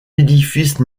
édifice